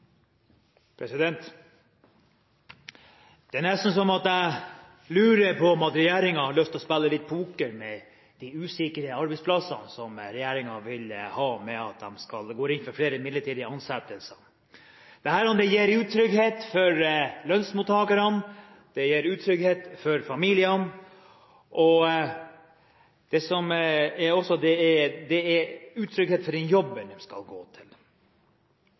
nesten sånn at jeg lurer på om regjeringen har lyst til å spille litt poker med de usikre arbeidsplassene som regjeringen vil ha, i og med at den går inn for flere midlertidige ansettelser. Dette gir utrygghet for lønnsmottakerne, det gir utrygghet for familiene, og det gir utrygghet knyttet til den jobben de skal gå til. Det vil også ha konsekvenser for økonomien deres. Hva tror representanten Erlend Wiborg bankene vil si til